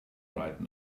right